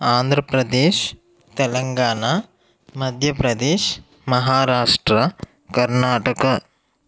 Andhra Pradesh Telangana Madhya Pradesh Maharashtra Karnataka